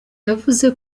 yavuze